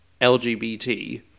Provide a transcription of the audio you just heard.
LGBT